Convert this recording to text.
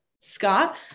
Scott